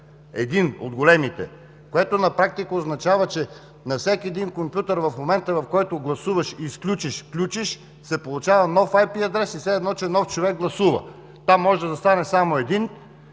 Един от големите! Това на практика означава, че на всеки един компютър в момента, в който гласуваш и изключиш – включиш, се получава нов IP адрес и е все едно че нов човек гласува. Там може да застане само един